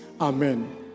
Amen